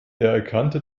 erkannte